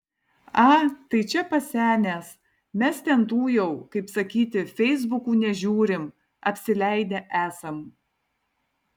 a tai čia pasenęs mes ten tų jau kaip sakyti feisbukų nežiūrim apsileidę esam